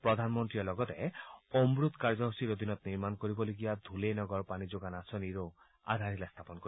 প্ৰধানমন্ত্ৰীয়ে লগতে অমুট কাৰ্যসূচীৰ অধীনত নিৰ্মাণ কৰিবলগীয়া ধুলে নগৰ পানী যোগান আঁচনিৰ আধাৰশিলা স্থাপন কৰিব